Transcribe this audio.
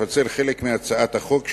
לפצל חלק מהצעת החוק,